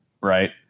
right